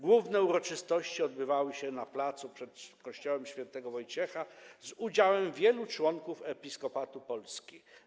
Główne uroczystości odbywały się na placu przed kościołem św. Wojciecha z udziałem wielu członków Episkopatu Polski.